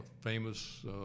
famous